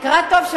תקרא טוב,